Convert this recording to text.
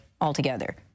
altogether